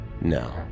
No